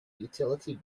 utility